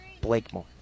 Blakemore